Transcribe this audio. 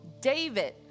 David